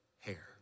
hair